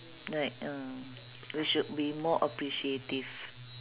right uh we should be more appreciative